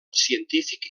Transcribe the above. científic